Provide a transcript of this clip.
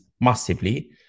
massively